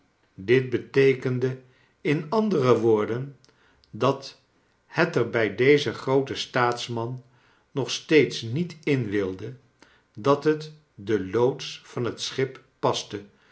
dit beteekende in andere woorden dat het er bij dezen grooten staatsman nog steeds niet in wilde dat bet den loods van het scbip paste